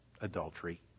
adultery